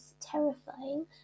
terrifying